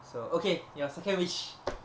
so okay your second wish